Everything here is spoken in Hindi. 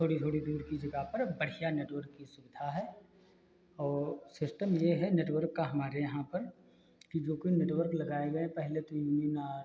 थोड़ी थोड़ी दूर की जगह पर अब बढ़िया नेटवर्क की सुविधा है और सिस्टम यह है नेटवर्क का हमारे यहाँ पर कि जो कोई नेटवर्क लगाए गए हैं पहले तो यूनीनार